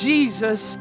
Jesus